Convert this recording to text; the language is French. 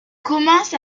commence